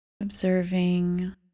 observing